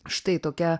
štai tokia